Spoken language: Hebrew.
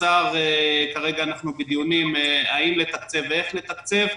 כרגע אנחנו בדיונים האם לתקצב ואיך לתקצב.